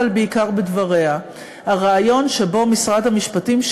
אבל בעיקר בדבריה: הרעיון שמשרד המשפטים,